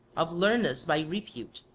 of lernus by repute,